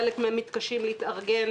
חלק מתקשים להתארגן